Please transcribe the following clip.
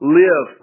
live